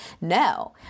No